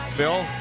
Phil